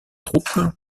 troupes